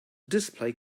display